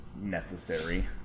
necessary